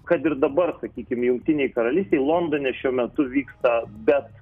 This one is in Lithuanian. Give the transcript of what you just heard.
kad ir dabar sakykim jungtinėj karalystėj londone šiuo metu vyksta bet